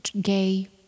gay